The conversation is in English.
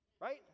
Right